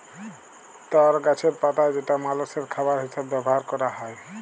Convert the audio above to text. তর গাছের পাতা যেটা মালষের খাবার হিসেবে ব্যবহার ক্যরা হ্যয়